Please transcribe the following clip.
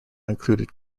included